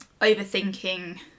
overthinking